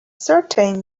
certain